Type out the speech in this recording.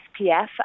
SPF